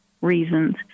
reasons